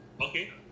Okay